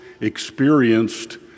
experienced